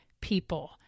people